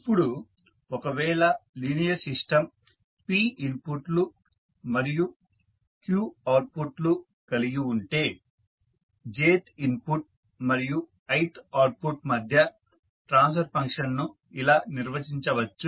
ఇప్పుడు ఒకవేళ linear system p ఇన్పుట్లు మరియు q అవుట్పుట్ లు కలిగి ఉంటే jth ఇన్పుట్ మరియు ith అవుట్పుట్ మధ్య ట్రాన్స్ఫర్ ఫంక్షన్ ను ఇలా నిర్వచించవచ్చు